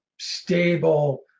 stable